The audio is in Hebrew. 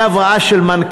כי דמי הבראה של מנכ"ל,